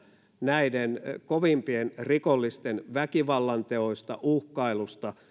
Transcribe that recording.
näiden kovimpien rikollisten väkivallanteoista uhkailusta